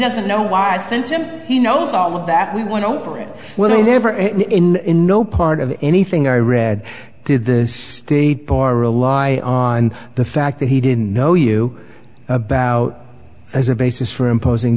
doesn't know why i sent him he knows all of that we went over it will never end in no part of anything i read did the state bar rely on the fact that he didn't know you about as a basis for imposing